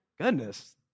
Goodness